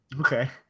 okay